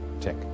tick